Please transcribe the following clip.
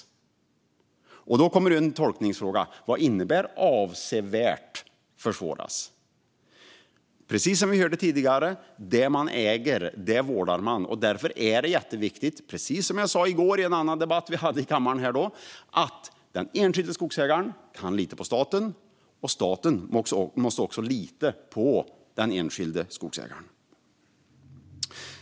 Det blir en tolkningsfråga vad avsevärt försvåras innebär. Precis som vi hörde tidigare vårdar man det man äger, och därför är det jätteviktigt, precis som jag sa i går i en annan debatt som vi hade här i kammaren, att den enskilda skogsägaren kan lita på staten och att staten också litar på den enskilda skogsägaren.